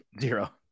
zero